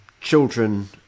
children